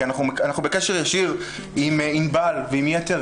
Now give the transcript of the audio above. כי אנחנו בקשר ישיר עם ענבל חרמוני ועם יתר